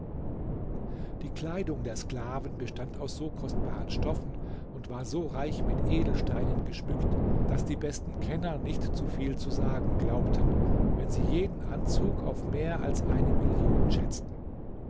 die kleidung der sklaven bestand aus so kostbaren stoffen und war so reich mit edelsteinen geschmückt daß die besten kenner nicht zu viel zu sagen glaubten wenn sie jeden anzug auf mehr als eine million schätzten